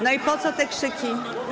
No i po co te krzyki?